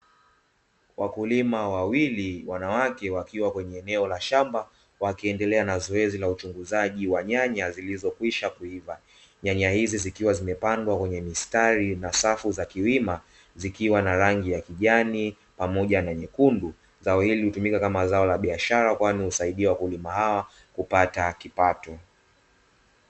Wakulima wawili wanawake wakiwa kwenye eneo la shamba, wakiendelea na zoezi la uchunguzi wa nyanya zilizokwisha kuiva. Nyanya hizi zikiwa zimepandwa kwenye mistari na safu za kiwima zikiwa na rangi ya kijani pamoja na nyekundu, zao hili hutumika kama zao la biashara kwani husaidia wakulima hawa kupata kipato.